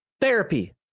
therapy